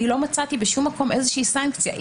לא מצאתי בשום מקום איזושהי סנקציה.